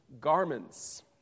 garments